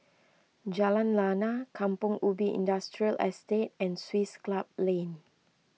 Jalan Lana Kampong Ubi Industrial Estate and Swiss Club Lane